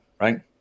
right